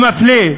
המפלה,